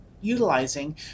utilizing